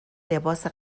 لباس